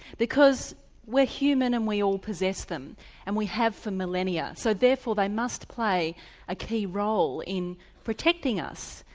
because we're human and we all possess them and we have for millennia so therefore they must play a key role in protecting us,